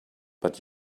but